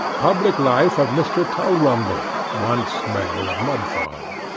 public life of mr. tulrumble once mayor of mudfog